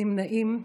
נמנעים,